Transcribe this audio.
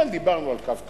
אבל דיברנו על "קו כחול"